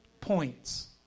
Points